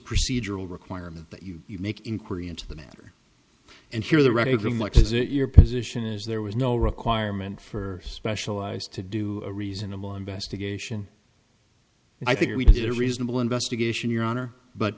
procedural requirement that you make inquiry into the matter and here the regular much is it your position is there was no requirement for specialized to do a reasonable investigation i think we did a reasonable investigation your honor but